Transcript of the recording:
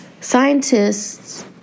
scientists